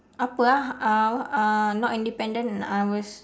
apa ah uh uh not independent I was